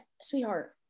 sweetheart